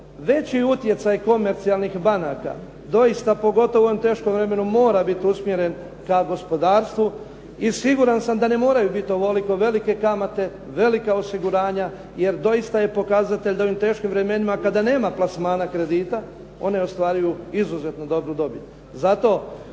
veći utjecaj komercijalnih banaka doista pogotovo u ovom teškom vremenu mora biti usmjeren ka gospodarstvu i siguran sam da ne moraju biti ovoliko velike kamate, velika osiguranja jer doista je pokazatelj da u ovim teškim vremenima kada nema plasmana kredita one ostvaruju izuzetno dobru dobit.